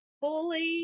fully